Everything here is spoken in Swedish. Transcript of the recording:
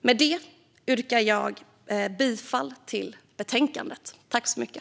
Med det yrkar jag bifall till förslaget i betänkandet.